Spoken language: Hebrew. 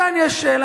כאן יש שאלה.